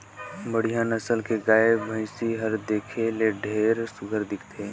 बड़िहा नसल के गाय, भइसी हर देखे में ढेरे सुग्घर दिखथे